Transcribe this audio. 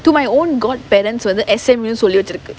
to my own godparents வந்து:vanthu S_M_U சொல்லி வச்சிருக்கு:solli vachirukku